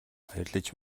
баярлаж